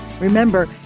Remember